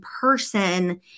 person